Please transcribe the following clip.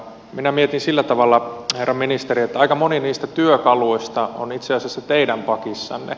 minä mietin sillä tavalla herra ministeri että aika moni niistä työkaluista on itse asiassa teidän pakissanne